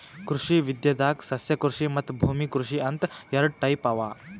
ಕೃಷಿ ವಿದ್ಯೆದಾಗ್ ಸಸ್ಯಕೃಷಿ ಮತ್ತ್ ಭೂಮಿ ಕೃಷಿ ಅಂತ್ ಎರಡ ಟೈಪ್ ಅವಾ